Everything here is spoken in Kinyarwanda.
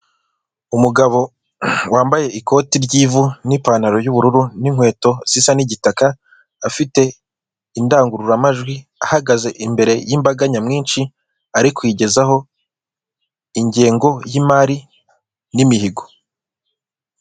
Umugabo wambaye ikote ryivu n'ipantaro y'ubururu n'inkweto zisa nigitaka, afite indangurura majwi ahagaze imbere y'imbaganyamwinshi Ari kuyigezaho ingengo y'imari n'imihigo.